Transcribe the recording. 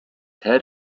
head